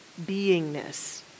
beingness